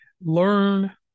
learn